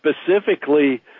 specifically